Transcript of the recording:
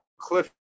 Cliff